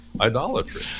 idolatry